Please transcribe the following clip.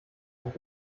und